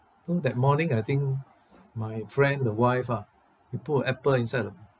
so that morning I think my friend the wife ah he put a apple inside the